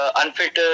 unfit